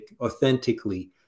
authentically